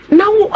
Now